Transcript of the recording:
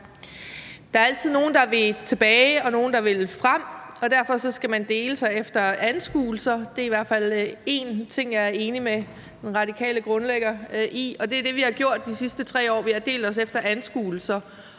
Der er altid nogle, der vil tilbage, og nogle, der vil frem, og derfor skal man dele sig efter anskuelser. Det er i hvert fald én ting, jeg er enig med den radikale grundlægger i, og det er det, vi har gjort de sidste 3 år; vi har delt os efter anskuelser.